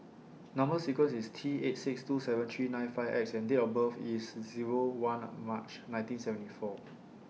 Number sequence IS T eight six two seven three nine five X and Date of birth IS Zero one of March nineteen seventy four